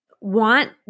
want